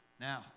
Now